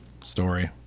story